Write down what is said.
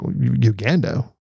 Uganda